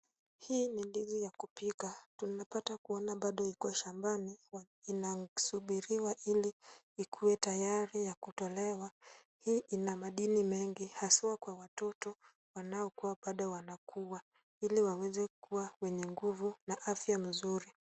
Hii ni ndizi ya kupika. Tunapata kuona bado iko shambani na inasubiriwa ili ikuwe tayari ya kutolewa. Hii ina madini mengi haswa kwa watoto wanaokuwa bado wanakua ili waweze kuwa wenye nguvu na afya nzuri.